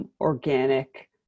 organic